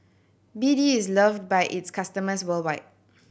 B D is loved by its customers worldwide